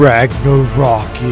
Ragnarok